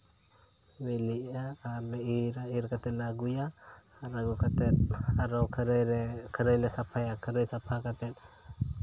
ᱵᱤᱞᱤᱜᱼᱟ ᱟᱨ ᱞᱮ ᱤᱨᱟ ᱤᱨ ᱠᱟᱛᱮ ᱞᱮ ᱟᱹᱜᱩᱭᱟ ᱟᱨ ᱟᱹᱜᱩ ᱠᱟᱛᱮ ᱟᱨ ᱠᱷᱟᱹᱨᱟᱹᱭ ᱨᱮ ᱠᱷᱟᱹᱨᱟᱹᱭ ᱞᱮ ᱥᱟᱯᱷᱟᱭᱟ ᱠᱷᱟᱹᱨᱟᱹᱭ ᱥᱟᱯᱦᱟ ᱠᱟᱛᱮ